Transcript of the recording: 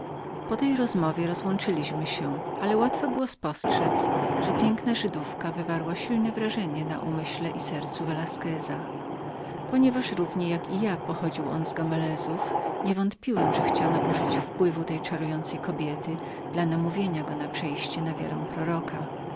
po tej rozmowie rozłączyliśmy się ale łatwo było spostrzedz że piękna żydówka wywarła silne wrażenie na umyśle i sercu velasqueza poniewiażponieważ on równie jako i ja pochodził z gomalezówgomelezów nie wątpiłem że chciano użyć wpływu zalotnej kobiety dla namówienia go do przejścia na wiarę proroka